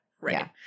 Right